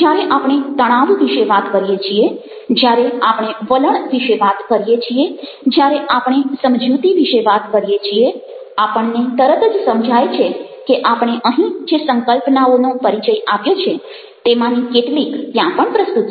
જ્યારે આપણે તણાવ વિશે વાત કરીએ છીએ જ્યારે આપણે વલણ વિશે વાત કરીએ છીએ જ્યારે આપણે સમજૂતિ વિશે વાત કરીએ છીએ આપણને તરત જ સમજાય છે કે આપણે અહીં જે સંકલ્પનાઓનો પરિચય આપ્યો છે તેમાંની કેટલીક ત્યાં પણ પ્રસ્તુત છે